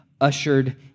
ushered